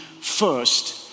first